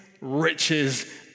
riches